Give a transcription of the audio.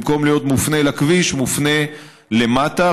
במקום להיות מופנה לכביש מופנה למטה.